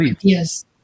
Yes